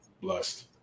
blessed